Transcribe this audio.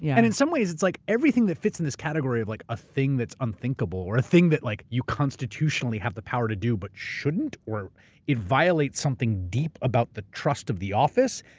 yeah and in some ways it's like everything that fits in this category of like a thing that's unthinkable or a thing that like you constitutionally have the power to do, but shouldn't. or it violates something deep about the trust of the office,